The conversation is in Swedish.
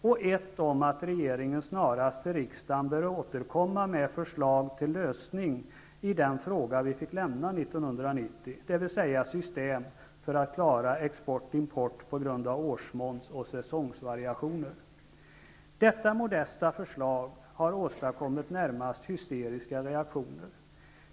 Ett gällde att regeringen snarast till riksdagen bör återkomma med förslag till en lösning av det problem vi fick lämna 1990, dvs. ett system för att klara export och import på grund av årsmåns och säsongsvariationer. Detta modesta förslag har åstadkommit närmast hysteriska reaktioner.